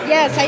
Yes